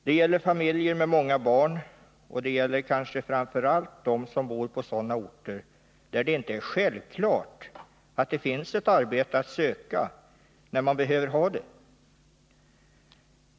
Det gäller familjer med många barn, och det gäller kanske framför allt de människor som bor på orter där det måhända inte finns ett arbete att söka när de behöver ha det.